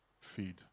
feed